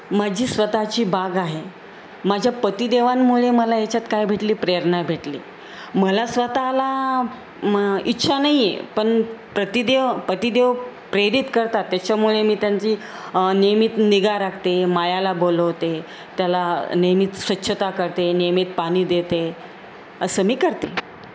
माझी स्वतःची बाग आहे माझ्या पतिदेवांमुळे मला याच्यात काय भेटली प्रेरणा भेटली मला स्वतःला मग इच्छा नाही आहे पण प्रतिदेव पतिदेव प्रेरित करतात त्याच्यामुळे मी त्यांची नियमित निगा राखते माळ्याला बोलवते त्याला नियमित स्वच्छता करते नियमित पाणी देते असं मी करते